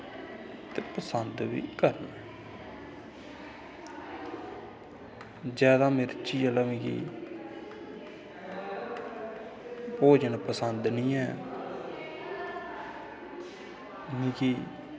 ते पसंद बी करना ऐं जादा मिर्च आह्ला मिगी भोजन पसंद नेईं ऐ मिगी